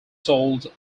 sold